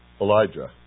Elijah